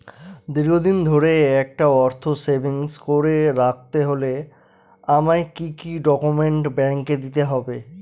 দীর্ঘদিন ধরে একটা অর্থ সেভিংস করে রাখতে হলে আমায় কি কি ডক্যুমেন্ট ব্যাংকে দিতে হবে?